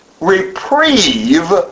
reprieve